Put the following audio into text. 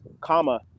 comma